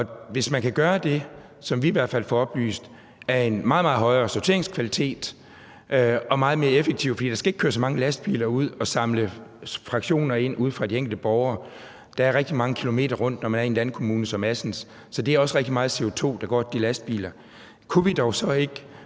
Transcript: Hvis man kan gøre det, som vi i hvert fald får oplyst man kan, med en meget, meget højere sorteringskvalitet og meget mere effektivt, fordi der ikke skal køre så mange lastbiler ud og samle fraktioner ind fra de enkelte borgere – der er rigtig mange kilometer rundt, når man er i en landkommune som Assens Kommune, så det er også rigtig meget CO2, der kommer fra de lastbiler – kunne vi dog så ikke